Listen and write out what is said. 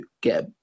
get